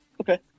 okay